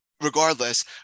regardless